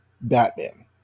Batman